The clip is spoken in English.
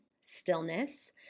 stillness